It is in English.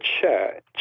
church